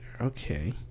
Okay